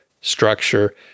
structure